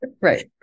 Right